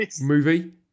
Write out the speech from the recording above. movie